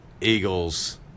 Eagles